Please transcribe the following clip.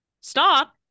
stop